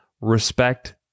respect